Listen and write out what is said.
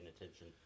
attention